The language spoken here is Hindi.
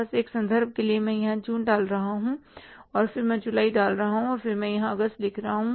बस एक संदर्भ के लिए मैं यहां जून डाल रहा हूं फिर मैं यहां जुलाई डाल रहा हूं और फिर मैं यहां अगस्त रख रहा हूं